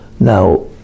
Now